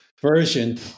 version